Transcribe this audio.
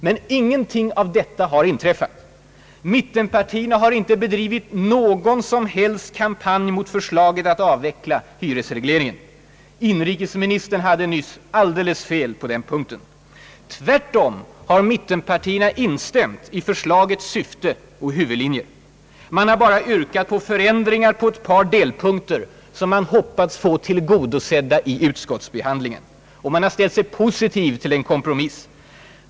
Men ingenting av detta har inträffat. Mittenpartierna har inte bedrivit någon som helst kampanj mot förslaget att avveckla hyresregleringen. Inrikesministern hade nyss alldeles fel på den punkten. Tvärtom har mittenpartierna instämt i förslagets syfte och huvudlinjer. Man har bara yrkat på förändringar i ett par delpunkter och hoppats få önskemålen tillgodosedda vid utskottsbehandlingen. Och man har ställt sig positiv till en kompromiss.